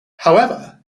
however